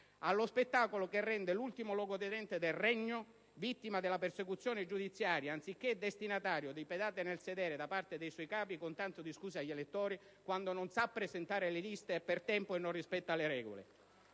allo spettacolo che rende l'ultimo luogotenente del regno vittima della persecuzione giudiziaria, anziché destinatario di pedate nel sedere da parte dei suoi capi, con tanto di scuse agli elettori, quando non sa presentare le liste per tempo e non rispetta le regole.